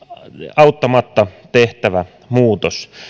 auttamatta tehtävä muutos